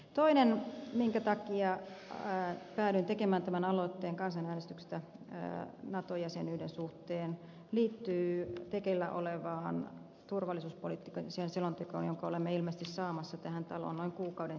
toinen syy minkä takia päädyin tekemään tämän aloitteen kansanäänestyksestä nato jäsenyyden suhteen liittyy tekeillä olevaan turvallisuuspoliittiseen selontekoon jonka olemme ilmeisesti saamassa tähän taloon noin kuukauden sisällä